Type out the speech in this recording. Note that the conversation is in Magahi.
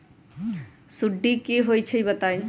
सुडी क होई छई बताई?